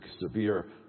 severe